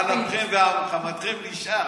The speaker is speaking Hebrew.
על אפכם ועל חמתכם נשאר.